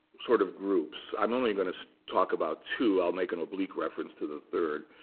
sort of, groups. i'm only going to talk about two. i'll make an oblique reference to the third.